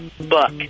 Buck